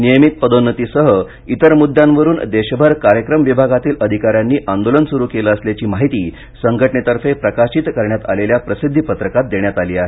नियमित पदोन्नतीसह इतर मुद्द्यांवरून देशभर कार्यक्रम विभागातील अधिकाऱ्यांनी आंदोलन सुरु केलं असल्याची माहिती संघटनेतर्फे प्रकाशित करण्यात आलेल्या प्रसिद्धी पत्रकात देण्यात आली आहे